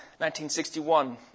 1961